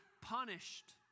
punished